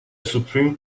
supreme